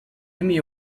emmy